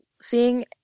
seeing